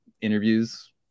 interviews